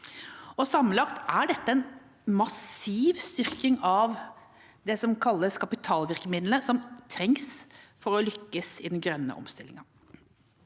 Sammenlagt er dette en massiv styrking av det som kalles kapitalvirkemidlene, som trengs for å lykkes i den grønne omstillingen.